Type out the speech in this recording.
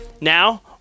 Now